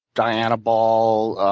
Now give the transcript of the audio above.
dianabol.